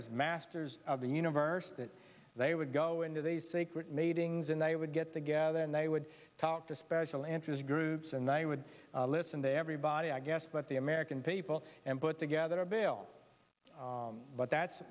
as masters of the universe that they would go into these sacred matings and they would get together and they would talk to special interest groups and they would listen to everybody i guess but the american people and put together a bail but that's